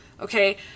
Okay